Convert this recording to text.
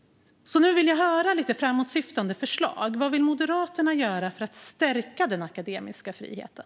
Därför vill jag höra framåtsyftande förslag. Vad vill Moderaterna göra för att stärka den akademiska friheten?